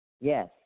Yes